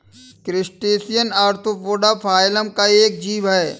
crustacean arthropoda phylum का एक जीव है